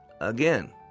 Again